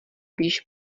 víš